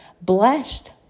Blessed